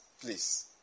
please